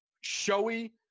showy